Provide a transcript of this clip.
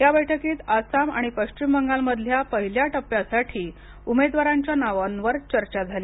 या बैठकीत आसाम आणि पश्चिम बंगालमधल्या पहिल्या टप्प्यासाठी उमेदवारांच्या नावांवर चर्चा झाली